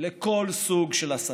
לכל סוג של הסתה,